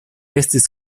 estis